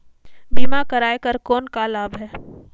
बीमा कराय कर कौन का लाभ है?